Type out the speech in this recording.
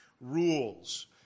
rules